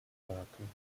marken